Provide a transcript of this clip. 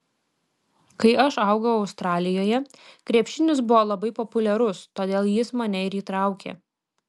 kai aš augau australijoje krepšinis buvo labai populiarus todėl jis mane ir įtraukė